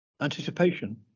anticipation